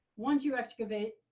once you excavate,